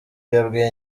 yabwiye